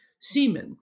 semen